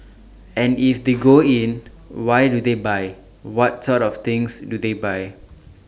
and if they go in why do they buy what sort of things do they buy